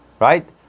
right